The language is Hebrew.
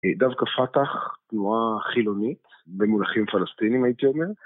דווקא פת"ח תנועה חילונית במונחים פלסטינים הייתי אומר.